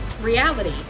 reality